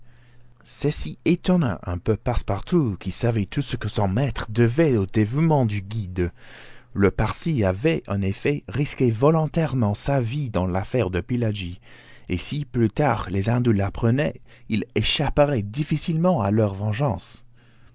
ceci étonna un peu passepartout qui savait tout ce que son maître devait au dévouement du guide le parsi avait en effet risqué volontairement sa vie dans l'affaire de pillaji et si plus tard les indous l'apprenaient il échapperait difficilement à leur vengeance